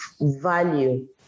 value